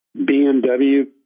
BMW